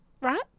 right